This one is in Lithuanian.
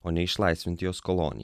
o ne išlaisvinti jos koloniją